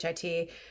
HIT